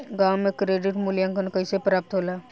गांवों में क्रेडिट मूल्यांकन कैसे प्राप्त होला?